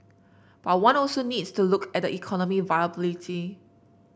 but one also needs to look at the economic viability